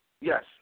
Yes